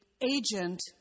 agent